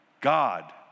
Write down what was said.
God